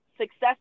success